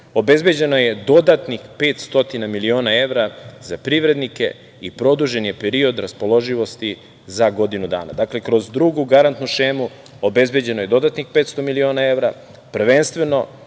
sektora. Obezbeđeno je dodatnih 500 miliona evra za privrednike i produžen je period raspoloživosti za godinu dana. Dakle, kroz drugu garantnu šemu obezbeđeno je dodatnih 500 miliona evra, prvenstveno